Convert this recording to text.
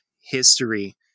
history